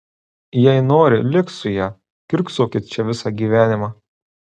jei nori lik su ja kiurksokit čia visą gyvenimą